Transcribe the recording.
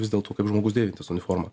vis dėlto kaip žmogus dėvintis uniformą